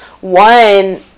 one